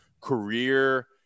career